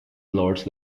labhairt